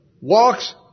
walks